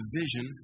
vision